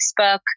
Facebook